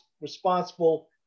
responsible